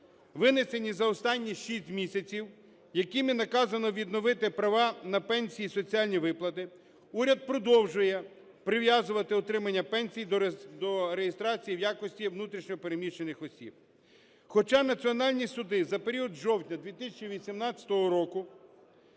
винесені за останні 6 місяців, якими наказано відновити права на пенсії і соціальні виплати, уряд продовжує прив'язувати отримання пенсій до реєстрації в якості внутрішньо переміщених осіб. Хоча національні суди за період з жовтня 2018 року